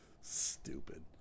stupid